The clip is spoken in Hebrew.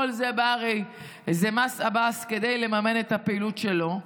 זה מס עבאס כדי לממן את הפעילות שלו.